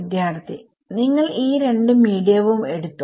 വിദ്യാർത്ഥി നിങ്ങൾ ഈ രണ്ട് മീഡിയവും എടുത്തോ